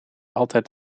altijd